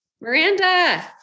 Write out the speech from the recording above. Miranda